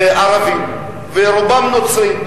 ערבים, ורובם נוצרים.